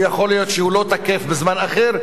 ויכול להיות שהוא לא תקף בזמן אחר,